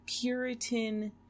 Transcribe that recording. Puritan